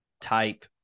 type